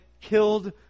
killed